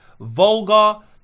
vulgar